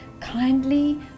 kindly